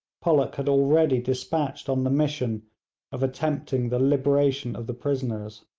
pollock had already despatched on the mission of attempting the liberation of the prisoners.